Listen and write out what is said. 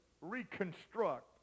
reconstruct